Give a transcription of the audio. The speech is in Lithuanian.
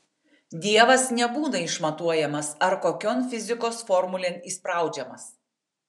dievas nebūna išmatuojamas ar kokion fizikos formulėn įspraudžiamas